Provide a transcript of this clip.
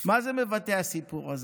מה מבטא הסיפור הזה?